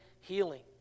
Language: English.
healing